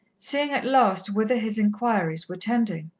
seeing at last whither his inquiries were tending.